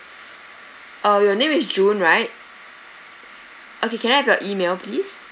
uh your name is jun right okay can I have your email please